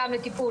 גם לטיפול,